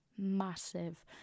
massive